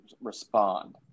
respond